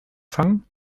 fangen